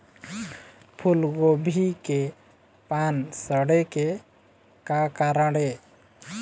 फूलगोभी के पान सड़े के का कारण ये?